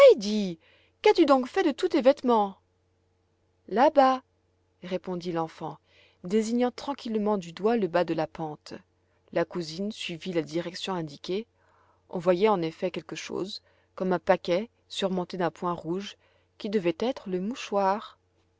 qu'as-tu donc fait de tous tes vêtements là-bas répondit l'enfant désignant tranquillement du doigt le bas de la pente la cousine suivit la direction indiquée on voyait en effet quelque chose comme un paquet surmonté d'un point rouge qui devait être le mouchoir